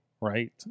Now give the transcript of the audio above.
right